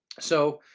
so,